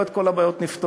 לא את כל הבעיות נפתור,